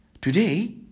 today